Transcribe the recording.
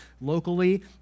locally